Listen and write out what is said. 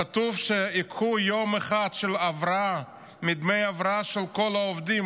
כתוב שייקחו יום אחד של הבראה מדמי ההבראה של כל העובדים,